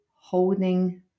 holding